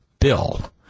Bill